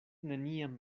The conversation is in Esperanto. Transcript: neniam